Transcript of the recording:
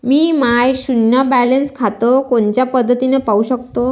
मी माय शुन्य बॅलन्स खातं कोनच्या पद्धतीनं पाहू शकतो?